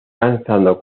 lanzado